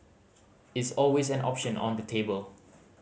it's always an option on the table